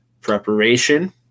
Preparation